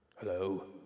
Hello